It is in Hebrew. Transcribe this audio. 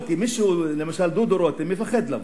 לא, כי מישהו, למשל דודו רותם, מפחד לבוא.